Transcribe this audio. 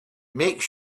make